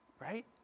Right